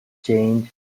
chained